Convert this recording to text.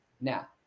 Now